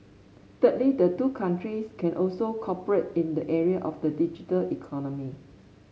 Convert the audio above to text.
thirdly the two countries can also cooperate in the area of the digital economy